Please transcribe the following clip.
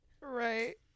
Right